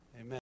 Amen